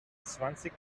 zwanzig